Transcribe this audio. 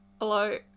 Hello